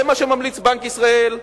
זה מה שממליץ בנק ישראל,